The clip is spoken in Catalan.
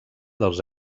dels